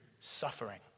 suffering